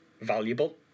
valuable